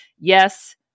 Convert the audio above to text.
Yes